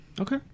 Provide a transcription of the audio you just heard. Okay